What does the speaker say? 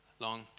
long